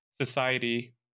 society